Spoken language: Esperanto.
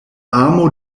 amo